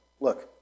look